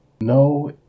No